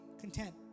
content